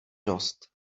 dost